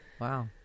Wow